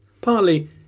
Partly